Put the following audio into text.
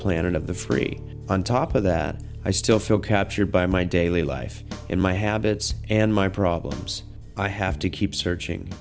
planet of the three on top of that i still feel captured by my daily life in my habits and my problems i have to keep searching